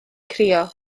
crio